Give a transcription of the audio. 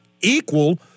equal